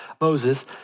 Moses